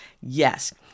Yes